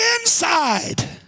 inside